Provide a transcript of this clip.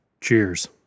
Cheers